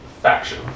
faction